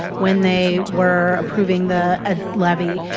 when they were approving the ah levy,